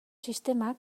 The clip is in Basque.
sistema